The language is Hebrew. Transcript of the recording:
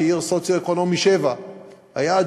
שהיא עיר של אשכול סוציו-אקונומי 7. היעד